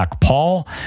Paul